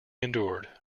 endured